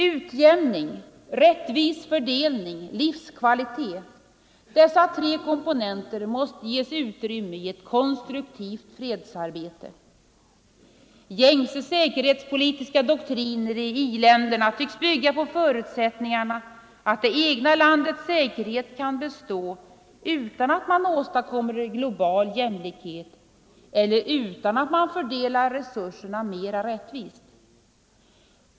Utjämning, rättvis fördelning, livskvalitet — dessa tre komponenter måste ges utrymme i ett konstruktivt fredsarbete. Gängse säkerhetspolitiska doktriner i i-länderna tycks bygga på förutsättningen att det egna landets säkerhet kan bestå utan att man åstadkommer global jämlikhet eller utan att man fördelar resurserna mera rättvist.